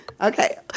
Okay